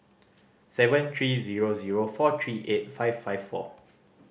seven three zero zero four three eight five five four